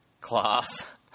cloth